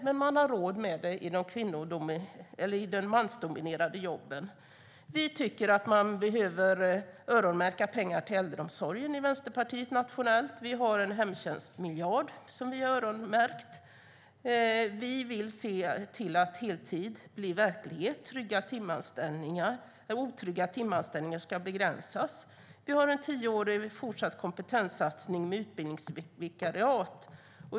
Men man har råd med det i de mansdominerade jobben. Vänsterpartiet tycker att man behöver öronmärka pengar till äldreomsorgen nationellt. Vi har en hemtjänstmiljard som vi har öronmärkt. Vi vill se till att heltid blir verklighet och att otrygga timanställningar ska begränsas. Vi har en tioårig fortsatt kompetenssatsning med utbildningsvikariat.